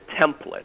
template